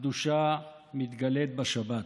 הקדושה מתגלית בשבת,